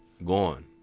gone